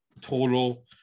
total